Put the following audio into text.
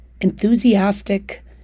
enthusiastic